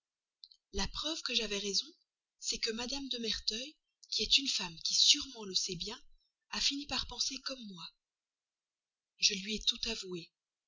la preuve que j'avais raison c'est que mme de merteuil qui est une femme qui sûrement le sait bien a fini par penser comme moi je lui ai tout avoué